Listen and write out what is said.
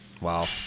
Wow